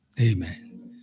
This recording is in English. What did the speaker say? Amen